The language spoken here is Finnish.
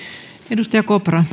arvoisa